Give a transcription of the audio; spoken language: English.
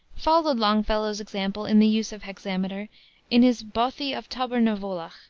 followed longfellow's example in the use of hexameter in his bothie of tober-na-vuolich,